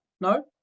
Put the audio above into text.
No